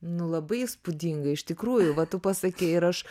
nu labai įspūdingai iš tikrųjų va tu pasakei ir aš